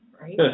Right